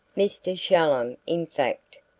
mr. shallum, in fact,